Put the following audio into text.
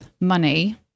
money